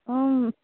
অঁ